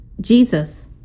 Jesus